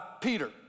Peter